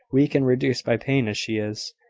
weak and reduced by pain as she is.